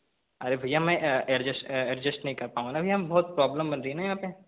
अरे भैया मैं एडजस्ट एडजस्ट नहीं कर पाउँगा न भैया बहुत प्रॉब्लम बन रही है ना यहाँ पे